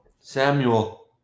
Samuel